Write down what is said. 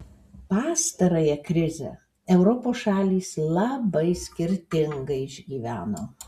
pastarąją krizę europos šalys labai skirtingai išgyveno